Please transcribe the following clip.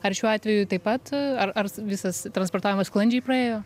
ar šiuo atveju taip pat ar ar visas transportavimas sklandžiai praėjo